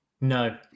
No